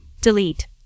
delete